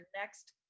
next